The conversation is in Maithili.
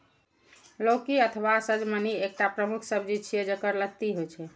लौकी अथवा सजमनि एकटा प्रमुख सब्जी छियै, जेकर लत्ती होइ छै